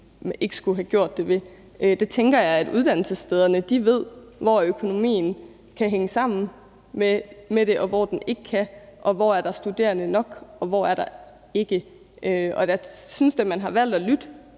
ikke skulle have gjort det ved. Jeg tænker, at uddannelsesstederne ved, hvor økonomien kan hænge sammen med det, og hvor den ikke kan, og hvor der er studerende nok, og hvor der ikke er nok. Og jeg synes da, at man har valgt at lytte